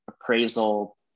appraisal